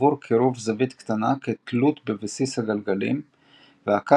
עבור קירוב זווית קטנה כתלות בבסיס הגלגלים והקסטר